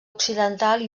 occidental